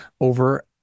over